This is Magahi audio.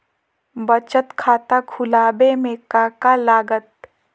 बचत खाता खुला बे में का का लागत?